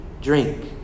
drink